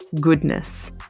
goodness